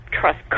trust